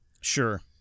Sure